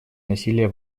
насилия